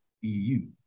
EU